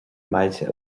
mbailte